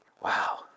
Wow